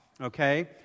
Okay